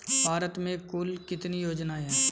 भारत में कुल कितनी योजनाएं हैं?